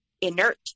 inert